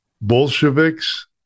Bolsheviks